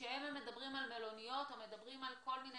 כשאלה מדברים על מלוניות או כל מיני